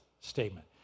statement